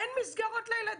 אין מסגרות לילדים.